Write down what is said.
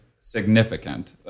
significant